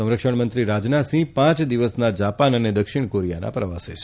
સંરક્ષણમંત્રી રાજનાથસિંહ પાંચ દિવસના જાપાન અને દક્ષિણ કોરીયાના પ્રવાસે છે